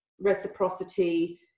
reciprocity